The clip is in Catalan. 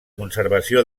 conservació